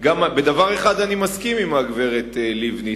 בדבר אחד אני מסכים עם הגברת לבני,